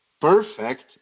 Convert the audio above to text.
perfect